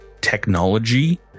technology